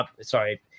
Sorry